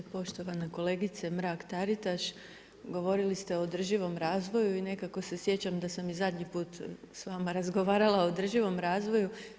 Poštovana kolegice Mrak Taritaš, govorili ste o održivom razvoju i nekako se sjećam da sam i zadnji put s vama razgovarala o održivom razvoju.